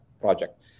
project